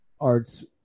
arts